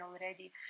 already